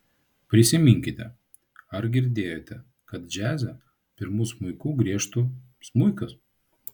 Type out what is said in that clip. prisiminkite ar girdėjote kad džiaze pirmu smuiku griežtų smuikas